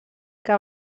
que